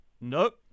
nope